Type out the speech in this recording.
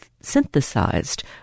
synthesized